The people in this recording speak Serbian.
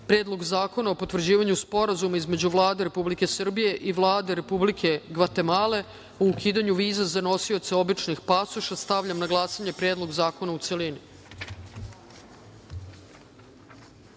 Predlog zakona o potvrđivanju Sporazuma između Vlade Republike Srbije i Vlade Republike Gvatemale o ukidanju viza za nosioce običnih pasoša. Stavljam na glasanje Predlog zakona u